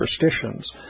superstitions